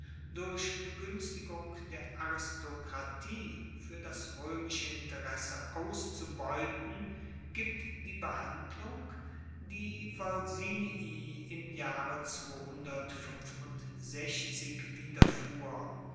durch beguenstigung der aristokratie fuer das roemische interesse auszubeuten gibt die behandlung die volsinii im jahre widerfuhr